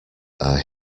are